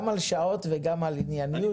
גם על שעות וגם על ענייניות.